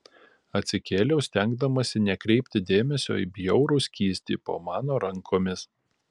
atsikėliau stengdamasi nekreipti dėmesio į bjaurų skystį po mano rankomis